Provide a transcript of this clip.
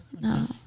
No